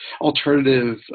alternative